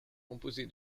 composée